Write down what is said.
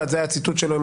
הציטוט שלו היה,